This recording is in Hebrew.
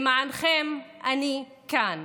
למענכם אני כאן.